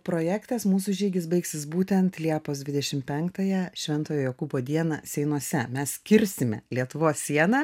projektas mūsų žygis baigsis būtent liepos dvidešimt penktąją šventojo jokūbo dieną seinuose mes kirsime lietuvos sieną